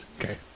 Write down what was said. Okay